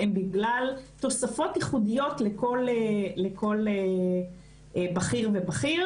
הם בגלל תוספות ייחודיות לכל בכיר ובכיר